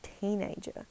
teenager